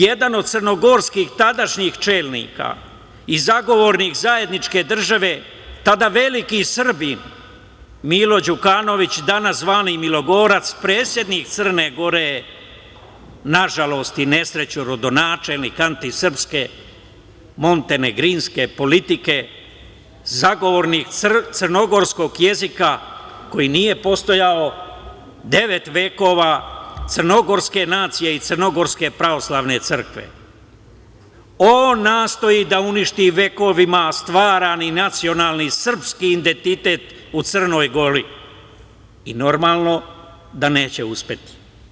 Jedan od crnogorskih tadašnjih čelnika i zagovornik zajedničke države, tada veliki Srbin Milo Đukanović, danas zvani milogorac, predsednik Crne Gore, nažalost, rodonačelnik antisrpske montenegrinske politike, zagovornik crnogorskog jezika koji nije postojao devet vekova crnogorske nacije i crnogorske pravoslavne crkve, on nastoji da uništi vekovima stvaran i nacionalni srpski identitet u Crnoj Gori i normalno da neće uspeti.